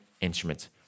instruments